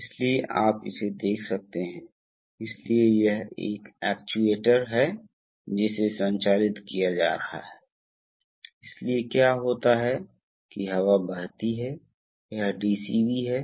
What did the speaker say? नहीं मिलता है अब दिलचस्प रूप से यह उल्लेख करने के लिए एक तथ्य है कि इस चेक वाल्व की भूमिका क्या है देखें जब यह पंप अनलोड हो रहा है तो याद रखें कि यह प्रवाह नहीं हो सकता है यह प्रवाह इस रास्ते से नहीं जा सकता है क्योंकि यह चेक वाल्व अवरुद्ध कर दिया है